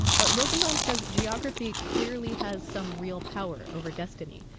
but, rosenbaum says geography clearly has some real power over destiny.